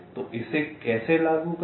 तो इसे कैसे लागू करें